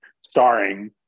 starring